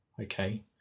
okay